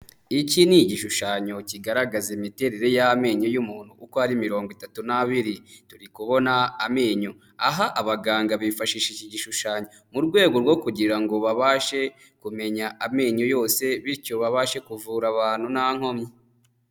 Iki ni igishushanyo kigaragaza imiterere y'amenyo y'umuntu uko ari mirongo itatu n'abiri. Turi kubona amenyo. Aha abaganga bifashisha iki gishushanyo mu rwego rwo kugira ngo babashe kumenya amenyo yose bityo babashe kuvura abantu nta nkomyi.